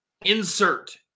insert